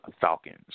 Falcons